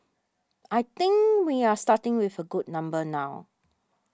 I think we are starting with a good number now